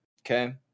okay